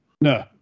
No